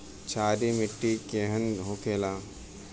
क्षारीय मिट्टी केहन होखेला?